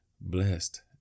blessed